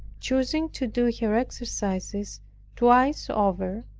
choosing to do her exercises twice over,